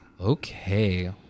okay